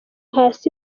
hasi